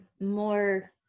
more